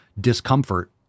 discomfort